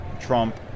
Trump